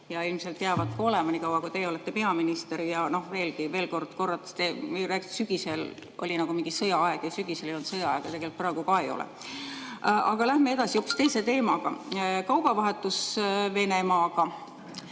ja ilmselt jäävadki olema nii kaua, kui teie olete peaminister. Ja veel kord korrates, te rääkisite, et sügisel oli nagu mingi sõjaaeg. Sügisel ei olnud sõjaaega, praegu ka ei ole. Aga läheme edasi teise teemaga: kaubavahetus Venemaaga.